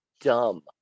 dumb